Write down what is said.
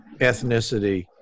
ethnicity